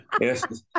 yes